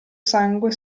sangue